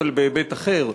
אבל בהיבט אחר.